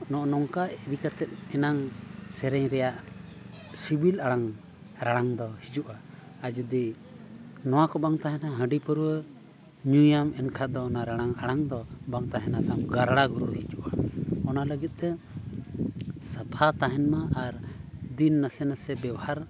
ᱱᱚᱜᱼᱚ ᱱᱚᱝᱠᱟ ᱤᱫᱤ ᱠᱟᱛᱮᱫ ᱮᱱᱟᱝ ᱥᱮᱨᱮᱧ ᱨᱮᱭᱟᱜ ᱥᱤᱵᱤᱞ ᱟᱲᱟᱝ ᱨᱟᱲᱟᱝ ᱫᱚ ᱦᱤᱡᱩᱜᱼᱟ ᱟᱨ ᱡᱩᱫᱤ ᱱᱚᱣᱟ ᱠᱚ ᱵᱟᱝ ᱛᱟᱦᱮᱱᱟ ᱦᱟᱺᱰᱤ ᱯᱟᱹᱨᱣᱟᱹ ᱧᱩᱭᱟᱢ ᱮᱱᱠᱷᱟᱱ ᱫᱚ ᱚᱱᱟ ᱨᱟᱲᱟᱝ ᱟᱲᱟᱝ ᱫᱚ ᱵᱟᱝ ᱛᱟᱦᱮᱱᱟ ᱛᱟᱢ ᱜᱟᱰᱨᱟ ᱜᱩᱰᱨᱤ ᱦᱤᱡᱩᱜᱼᱟ ᱚᱱᱟ ᱞᱟᱹᱜᱤᱫ ᱛᱮ ᱥᱟᱯᱷᱟ ᱛᱟᱦᱮᱱ ᱢᱟ ᱟᱨ ᱫᱤᱱ ᱱᱟᱥᱮ ᱱᱟᱥᱮ ᱵᱮᱵᱚᱦᱟᱨ